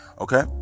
Okay